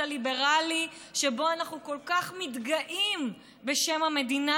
הליברלי שבו אנחנו כל כך מתגאים בשם המדינה,